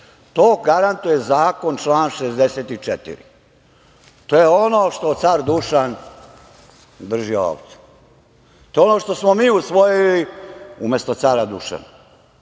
To garantuje zakon, član 64. To je ono što car Dušan drži ovde. To je ono što smo mi usvojili umesto cara Dušana,